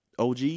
Og